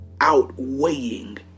outweighing